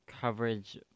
coverage